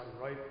right